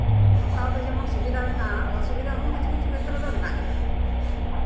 ᱦᱟᱛᱟᱣ ᱛᱮ ᱡᱮᱢᱚᱱ ᱥᱩᱵᱤᱫᱷᱟ ᱢᱮᱱᱟᱜᱼᱟ ᱚᱥᱩᱵᱤᱫᱷᱟᱦᱚᱸ ᱠᱤᱪᱷᱩ ᱠᱤᱪᱷᱩ ᱠᱷᱮᱛᱨᱮ ᱢᱮᱱᱟᱜ ᱜᱮᱭᱟ